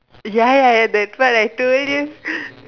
ya ya ya that part I told you